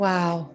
Wow